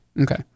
Okay